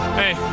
hey